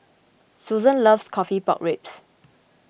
Susan loves Coffee Pork Ribs